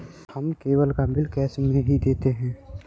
हम केबल का bill cash में ही देते हैं